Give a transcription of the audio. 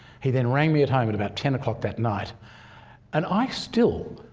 he then rang me at home at about ten o'clock that night and i still,